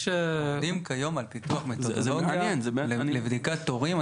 עובדים כיום על פיתוח מתודולוגיה לבדיקת תורים.